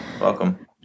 Welcome